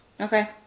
Okay